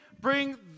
Bring